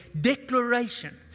declaration